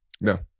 No